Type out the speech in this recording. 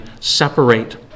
separate